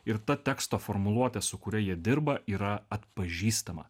ir ta teksto formuluotė su kuria jie dirba yra atpažįstama